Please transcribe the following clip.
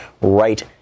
right